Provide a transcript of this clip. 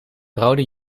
rode